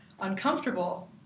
uncomfortable